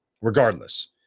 regardless